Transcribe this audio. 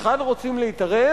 היכן הם רוצים להתערב?